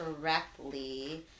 correctly